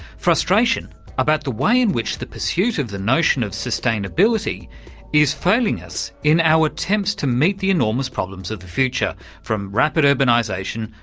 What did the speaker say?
frustration about the way in which the pursuit of the notion of sustainability is failing us in our attempts to meet the enormous problems of the future, from rapid urbanisation,